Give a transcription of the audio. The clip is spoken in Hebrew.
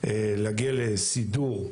להגיע לסידור,